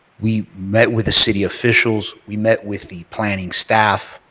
we met with the city officials. we met with the planning staff.